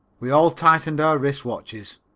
we all tightened our wrist watches.